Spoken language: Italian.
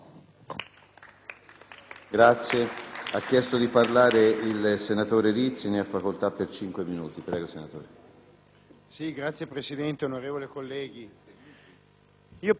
Credo che sia finita l'epoca di pensare ad una immigrazione controllata e controllabile e che non vi sia davvero un'emergenza legata all'immigrazione clandestina.